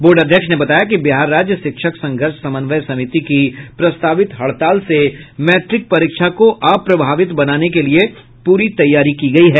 board अध्यक्ष ने बताया कि बिहार राज्य शिक्षक संघर्ष समन्वय समिति की प्रस्तावित हड़ताल से मैट्रिक परीक्षा को अप्रभावित बनाने के लिये पूरी तैयारी की गयी है